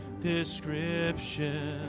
description